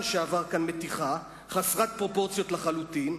חסרת פרופורציות לחלוטין.